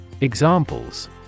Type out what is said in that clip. Examples